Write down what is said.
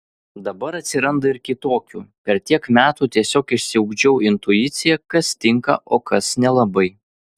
dabar atsiranda ir kitokių per tiek metų tiesiog išsiugdžiau intuiciją kas tinka o kas nelabai